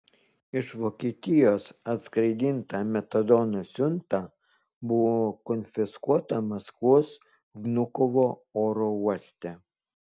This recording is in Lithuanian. iš vokietijos atskraidinta metadono siunta buvo konfiskuota maskvos vnukovo oro uoste